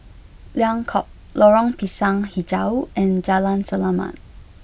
Liang Court Lorong Pisang HiJau and Jalan Selamat